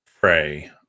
Pray